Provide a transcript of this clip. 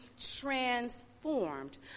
transformed